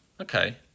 Okay